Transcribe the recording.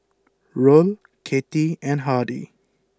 Roll Cathie and Hardy